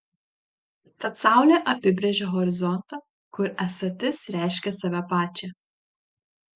tad saulė apibrėžia horizontą kur esatis reiškia save pačią